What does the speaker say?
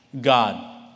God